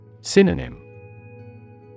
Synonym